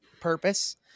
purpose